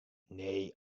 nee